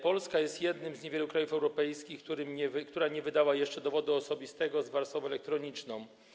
Polska jest jednym z niewielu krajów europejskich, w których nie wydano jeszcze dowodu osobistego z warstwą elektroniczną.